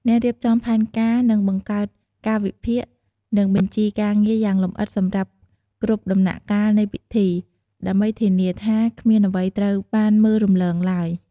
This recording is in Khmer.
អ្នករៀបចំផែនការនឹងបង្កើតកាលវិភាគ និងបញ្ជីការងារយ៉ាងលម្អិតសម្រាប់គ្រប់ដំណាក់កាលនៃពិធី ដើម្បីធានាថាគ្មានអ្វីត្រូវបានមើលរំលងឡើយ។